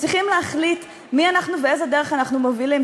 וצריכים להחליט מי אנחנו ואיזו דרך אנחנו מובילים.